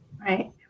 Right